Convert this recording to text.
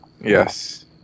Yes